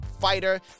fighter